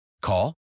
Call